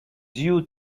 due